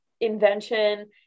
invention